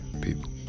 People